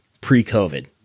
pre-COVID